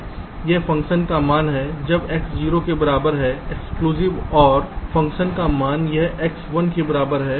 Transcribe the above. यह फ़ंक्शन का मान है जब x 0 के बराबर है एक्सक्लूसिव और फ़ंक्शन का मान जब x 1 के बराबर है